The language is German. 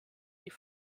die